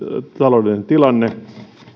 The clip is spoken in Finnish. taloudellinen tilanne